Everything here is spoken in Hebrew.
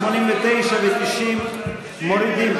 89 ו-90 מורידים.